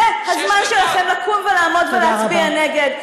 זה הזמן שלכם לקום ולעמוד ולהצביע נגד.